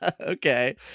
Okay